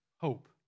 hope